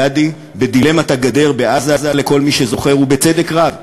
גדי, בדילמת הגדר בעזה, לכל מי שזוכר, ובצדק רב: